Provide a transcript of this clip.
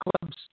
clubs